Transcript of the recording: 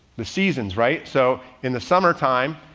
the seasons, right? so in the summer time,